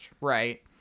right